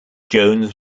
jones